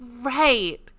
Right